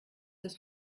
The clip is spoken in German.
das